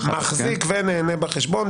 מחזיק ונהנה בחשבון.